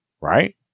Right